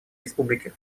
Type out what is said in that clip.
республики